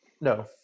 No